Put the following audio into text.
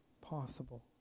possible